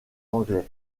anglais